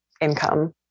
income